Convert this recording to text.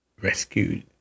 rescued